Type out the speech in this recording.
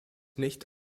nicht